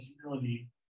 humility